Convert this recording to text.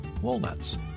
walnuts